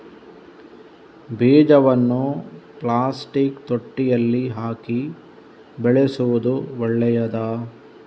ಬೀಜವನ್ನು ಪ್ಲಾಸ್ಟಿಕ್ ತೊಟ್ಟೆಯಲ್ಲಿ ಹಾಕಿ ಬೆಳೆಸುವುದು ಒಳ್ಳೆಯದಾ?